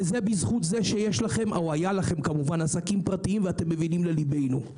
בזכות זה שהיו לכם עסקים פרטיים ואתם מבינים ללבנו.